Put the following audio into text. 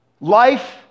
life